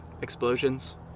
explosions